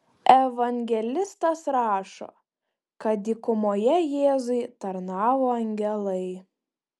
evangelistas rašo kad dykumoje jėzui tarnavo angelai